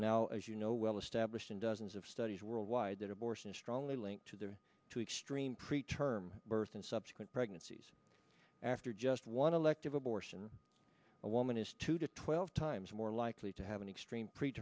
now as you know well established in dozens of studies worldwide that abortion is strongly linked to the two extreme pre term birth and subsequent pregnancies after just one elective abortion a woman is two to twelve times more likely to have an extreme pre